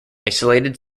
isolated